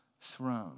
throne